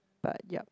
but ya